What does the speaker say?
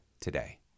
today